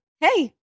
hey